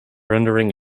rendering